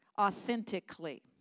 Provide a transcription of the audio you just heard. authentically